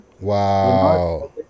Wow